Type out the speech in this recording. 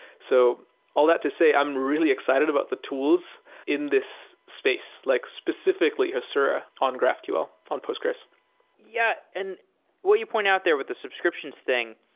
so all that to say, i'm really excited about the tools in this space, like specifically hasura on graphql, on postgres yeah. and what you point out there with the subscriptions thing,